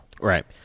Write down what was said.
Right